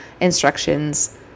instructions